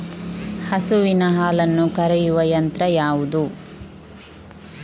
ಹಸುವಿನ ಹಾಲನ್ನು ಕರೆಯುವ ಯಂತ್ರ ಯಾವುದು?